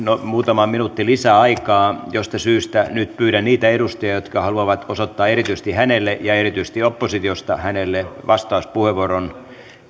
muutama minuutti lisää aikaa josta syystä nyt pyydän niitä edustajia ilmoittautumaan jotka haluavat osoittaa erityisesti hänelle ja erityisesti oppositiosta hänelle vastauspuheenvuoron